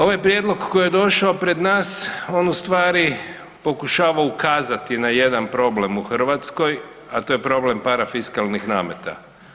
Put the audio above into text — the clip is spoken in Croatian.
Ovaj prijedlog koji je došao pred nas, on ustvari pokušava ukazati na jedan problem u Hrvatskoj, a to je problem parafiskalnih nameta.